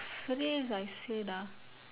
freeze I said ah